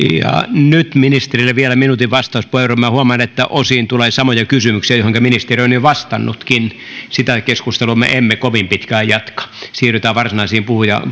nyt ministerille vielä minuutin vastauspuheenvuoro minä huomaan että osin tulee samoja kysymyksiä joihinka ministeri on jo vastannutkin sitä keskustelua me emme kovin pitkään jatka siirrytään varsinaisiin